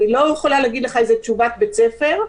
אני לא יכולה לתת לך תשובת בית ספר.